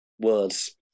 Words